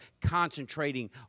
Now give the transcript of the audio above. concentrating